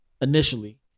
initially